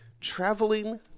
traveling